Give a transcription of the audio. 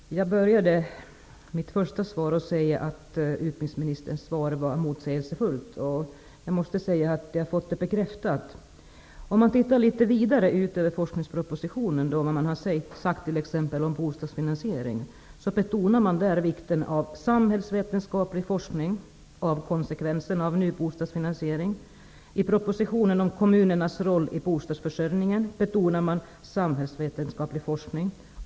Fru talman! Jag började mitt första inlägg med att säga att utbildningsministerns svar var motsägelsefullt, och jag måste säga att jag har fått det bekräftat. Om man ser litet vidare i forskningspropositionen och på vad regeringen har sagt om t.ex. bostadsfinansiering, betonar regeringen vikten av samhällsvetenskaplig forskning om konsekvenserna av en ny bostadsfinansiering. I propositionen om kommunernas roll i bostadsförsörjningen betonar regeringen likaså samhällsvetenskaplig forskning.